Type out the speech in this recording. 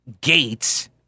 gates